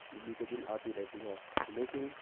بیتے دن آتی رہتی ہے لیکن